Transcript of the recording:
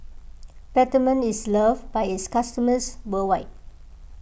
Peptamen is loved by its customers worldwide